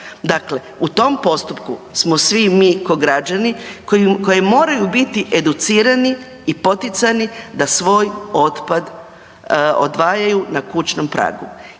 Dakle, u tom postupku smo svi mi ko građani koji moraju biti educirani i poticani da svoj otpad odvajaju na kućnom pragu.